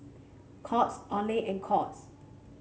Courts Olay and Courts